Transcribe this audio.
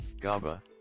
GABA